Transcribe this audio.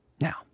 Now